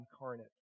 incarnate